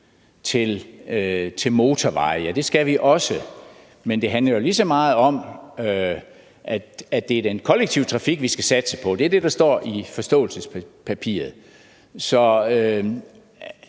til motorveje – ja, det skal vi også, men det handler jo lige så meget om, at det er den kollektive trafik, vi skal satse på. Det er det, der står i forståelsespapiret. Så